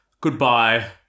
Goodbye